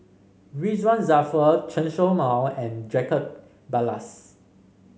Ridzwan Dzafir Chen Show Mao and Jacob Ballas